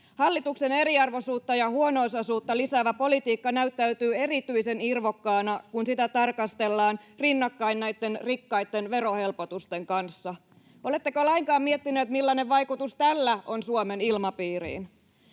Hallituksen eriarvoisuutta ja huono-osaisuutta lisäävä politiikka näyttäytyy erityisen irvokkaana, kun sitä tarkastellaan rinnakkain näitten rikkaitten verohelpotusten kanssa. Oletteko lainkaan miettineet, millainen vaikutus tällä on Suomen ilmapiiriin?